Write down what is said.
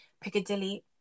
Piccadilly